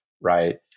right